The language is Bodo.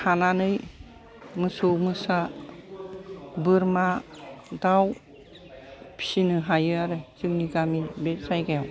थानानै मोसौ मोसा बोरमा दाव फिसिनो हायो आरो जोंनि गामि बे जायगायाव